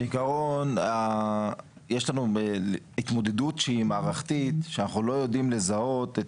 בעיקרון יש לנו התמודדות שהיא מערכתית שאנחנו לא יודעים לזהות את